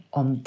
om